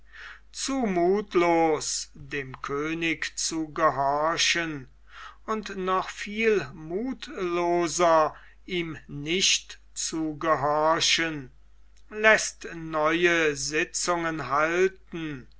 zu muthlos dem könig zu gehorchen und noch viel muthloser ihm nicht zu gehorchen läßt neue sitzungen halten